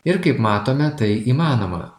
ir kaip matome tai įmanoma